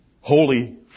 Holy